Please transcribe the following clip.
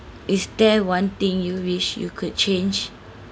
is there one thing you wish you could change